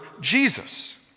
Jesus